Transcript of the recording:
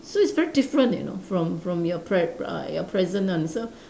so it's very different you know from from your pre~ uh your present one so